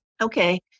Okay